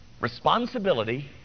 responsibility